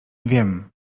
wiem